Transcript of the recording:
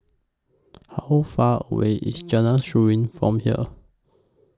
How Far away IS Jalan Seruling from here